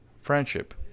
friendship